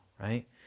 right